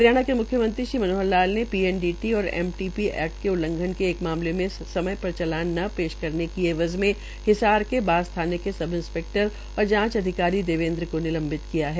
हरियाणा के म्ख्यमंत्री श्री मनोहर लाल ने पीएनडीटी और एमटीपी एक्ट के उल्लघन के मामले में समय पर चालान न पेश करने के एवज़ में हिसार के बास थाने के सब इस्पैक्टर और जांच अधिकारी देवेन्द्र को निलंबित किया है